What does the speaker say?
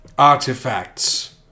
Artifacts